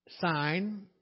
sign